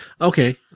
Okay